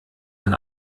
ein